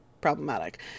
problematic